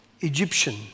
Egyptian